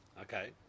Okay